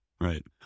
right